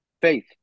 faith